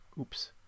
Oops